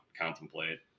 contemplate